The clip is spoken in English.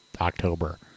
October